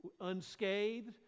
unscathed